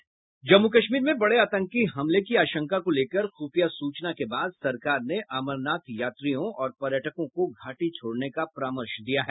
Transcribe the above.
जम्मू कश्मीर में बड़े आतंकी हमले की आशंका को लेकर खूफिया सूचना के बाद सरकार ने अमरनाथ यात्रियों और पर्यटकों को घाटी छोड़ने का परामर्श दिया है